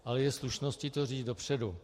Ale je slušností to říct dopředu.